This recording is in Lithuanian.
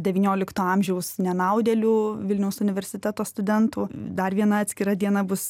devyliolikto amžiaus nenaudėlių vilniaus universiteto studentų dar viena atskira diena bus